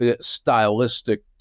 stylistic